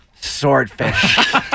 Swordfish